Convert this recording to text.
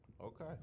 okay